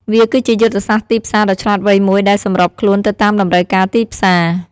វាគឺជាយុទ្ធសាស្ត្រទីផ្សារដ៏ឆ្លាតវៃមួយដែលសម្របខ្លួនទៅតាមតម្រូវការទីផ្សារ។